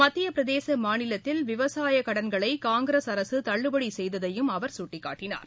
மத்தியப்பிரதேச மாநிலத்தில் விவசாயக்கடன்களை காங்கிரஸ் அரசு தள்ளுபடி செய்ததையும் அவர் சுட்டிக்காட்டனார்